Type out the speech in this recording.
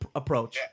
approach